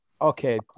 Okay